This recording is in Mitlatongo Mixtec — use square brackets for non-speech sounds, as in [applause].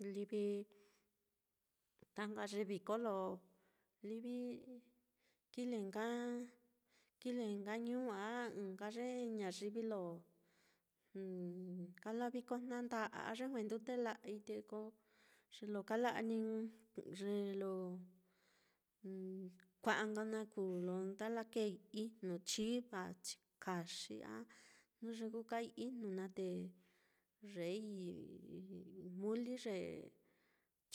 Livi ta nka ye viko lo livi kile nka kile nka ñuu á a ɨ́ɨ́n nka ye ñayivi lo [hesitation] kajla viko jna nda'a a ye juendute la'ai, te ko ye lo kala'a niiye lo [hesitation] kua'a nka naá kuu lo nda lakēēi ijnu, chiva chikaxi a jnu ye kú kaai ijnu naá te yei muli ye